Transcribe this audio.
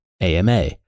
AMA